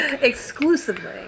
Exclusively